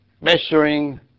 measuring